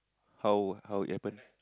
how how it happen